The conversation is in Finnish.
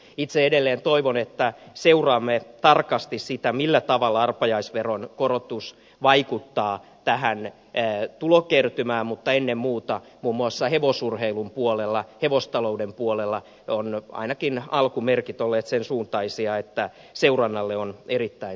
itse edelleen toivon että seuraamme tarkasti sitä millä tavalla arpajaisveron korotus vaikuttaa tähän tulokertymään mutta ennen muuta muun muassa hevosurheilun puolella hevostalouden puolella on ainakin alkumerkit olleet sen suuntaisia että seurannalle on erittäin suuri tarve